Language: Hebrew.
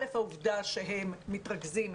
העובדה שהם מתרכזים,